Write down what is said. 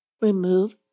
Remove